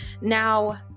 now